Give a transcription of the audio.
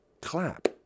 clap